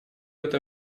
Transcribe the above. этой